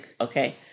Okay